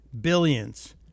billions